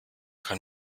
kein